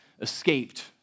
escaped